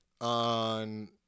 on